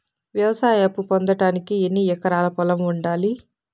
వ్యవసాయ అప్పు పొందడానికి ఎన్ని ఎకరాల పొలం ఉండాలి?